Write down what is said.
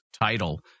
title